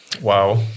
Wow